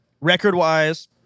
Record-wise